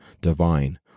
divine